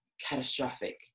catastrophic